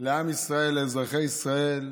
לעם ישראל, לאזרחי ישראל,